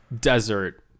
desert